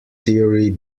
theory